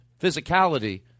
physicality